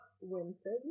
Winston